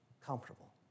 comfortable